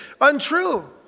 untrue